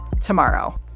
tomorrow